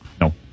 No